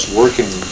working